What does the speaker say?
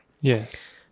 Yes